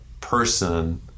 person